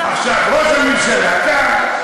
עכשיו, ראש הממשלה קם.